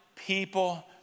People